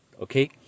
Okay